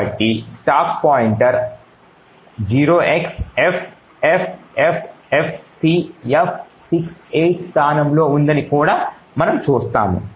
కాబట్టి stack pointer 0xffffcf68 స్థానంలో ఉందని కూడా మనం చూస్తాము